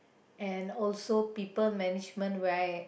and also people management right